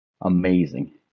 amazing